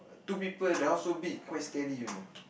two people that one so big quite scary you know